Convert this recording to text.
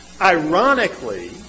Ironically